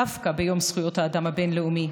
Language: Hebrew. דווקא ביום זכויות האדם הבין-לאומי,